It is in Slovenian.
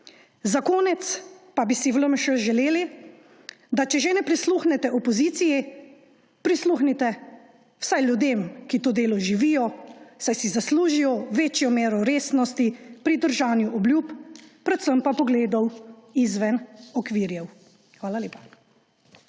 Za konec pa bi si v LMŠ želeli, da če že ne prisluhnete opoziciji, prisluhnite vsaj ljudem, ki to delo živijo, saj si zaslužijo večjo mero resnosti pri držanju obljub, predvsem pa pogledov izven okvirjev. Hvala lepa.